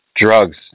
drugs